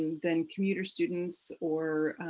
then commuter students or,